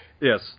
Yes